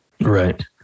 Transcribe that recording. Right